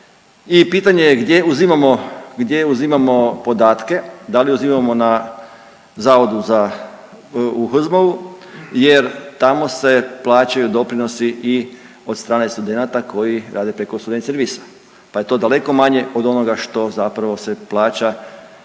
uzimamo, gdje uzimamo podatke, da li uzimamo na Zavodu za, u HZMO-u jer tamo se plaćaju doprinosi i od strane studenata koji rade preko student servisa, pa je to daleko manje od onoga što zapravo se plaća